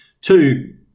Two